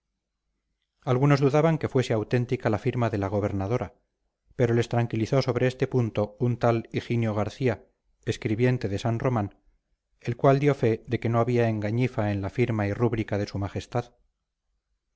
algunos dudaban que fuese auténtica la firma de la gobernadora pero les tranquilizó sobre este punto un tal higinio garcía escribiente de san román el cual dio fe de que no había engañifa en la firma y rúbrica de su majestad